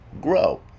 grow